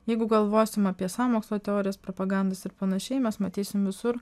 jeigu galvosim apie sąmokslo teorijas propagandas ir panašiai mes matysim visur